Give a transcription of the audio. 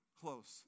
close